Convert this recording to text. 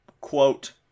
quote